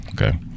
Okay